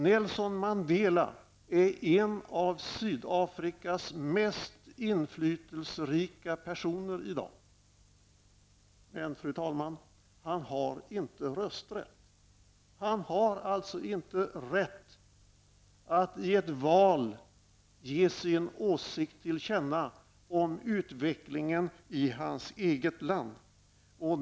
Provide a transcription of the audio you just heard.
Nelson Mandela är en av Sydafrikas mest inflytelserika personer i dag men, fru talman, han har inte rösträtt. Han har alltså inte rätt att i ett val ge sin åsikt till känna om utvecklingen i sitt eget land.